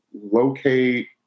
locate